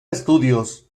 estudios